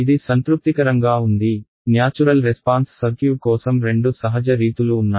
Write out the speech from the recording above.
ఇది సంతృప్తికరంగా ఉంది న్యాచురల్ రెస్పాన్స్ సర్క్యూట్ కోసం రెండు సహజ రీతులు ఉన్నాయి